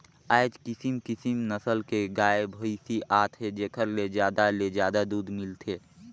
आयज किसम किसम नसल के गाय, भइसी आत हे जेखर ले जादा ले जादा दूद मिलथे